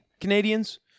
Canadians